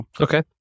Okay